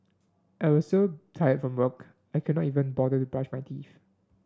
I was so tired from work I could not even bother to brush my teeth